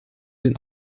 den